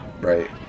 right